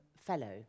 fellow